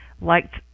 liked